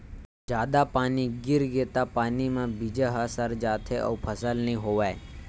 जादा पानी गिरगे त पानी म बीजा ह सर जाथे अउ फसल नइ होवय